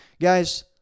Guys